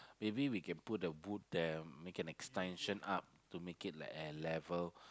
maybe we can put a wood there make an extension up to make it at A-level